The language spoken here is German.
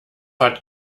hat